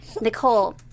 Nicole